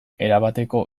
erabateko